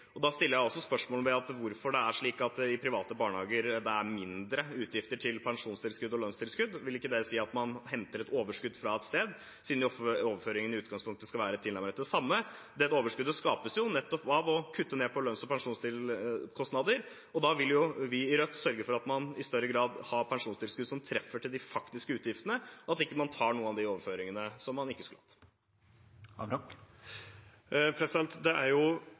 Da stiller jeg også spørsmål om hvorfor det er slik at det er mindre utgifter til pensjons- og lønnstilskudd i private barnehager. Vil ikke det si at man henter et overskudd fra et sted, siden de offentlige overføringene i utgangspunktet skal være tilnærmet de samme? Dette overskuddet skapes jo nettopp av å kutte ned på lønns- og pensjonskostnader, og da vil vi i Rødt sørge for at man i større grad har pensjonstilskudd som treffer de faktiske utgiftene, og at man ikke tar noen av overføringene man ikke skulle hatt. Det er jo